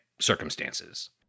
circumstances